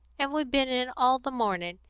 and we've been in all the morning,